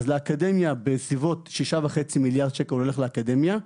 אז לאקדמיה בסביבות 6.5% מיליארד שקלים הולך לאקדמיה,